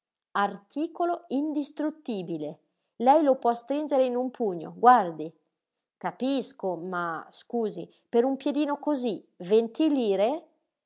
articolo indistruttibile lei lo può stringere in un pugno guardi capisco ma scusi per un piedino cosí venti lire